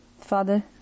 Father